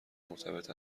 مرتبط